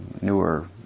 newer